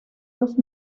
los